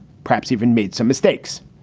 perhaps even made some mistakes.